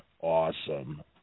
awesome